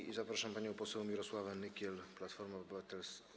I zapraszam panią poseł Mirosławę Nykiel, Platforma Obywatelska.